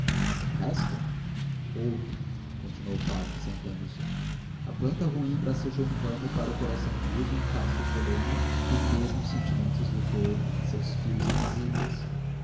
o resto ouve continuou o padre sentando-se a planta ruim bracejou um ramo para o coração virgem e casto de helena e o mesmo sentimento os ligou em seus fios invisíveis